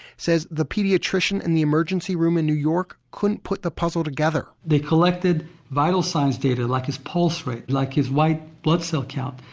says the pediatrician and the emergency room in new york couldn't put the puzzle together. they collected vital signs data, like his pulse rate, like his white blood cell count.